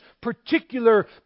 particular